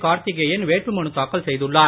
கார்த்திகேயன் வேட்புமனு தாக்கல் செய்துள்ளார்